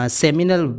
seminal